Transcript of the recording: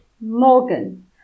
Morgan